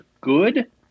good